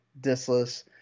disless